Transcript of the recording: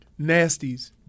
nasties